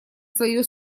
свое